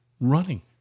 running